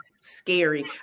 scary